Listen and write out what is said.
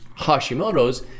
Hashimoto's